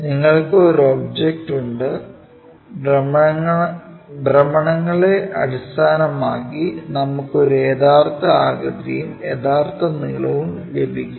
നിങ്ങൾക്ക് ഒരു ഒബ്ജക്റ്റ് ഉണ്ട് ഭ്രമണങ്ങളെ അടിസ്ഥാനമാക്കി നമുക്കു ഈ യഥാർത്ഥ ആകൃതിയും യഥാർത്ഥ നീളവും ലഭിക്കും